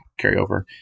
carryover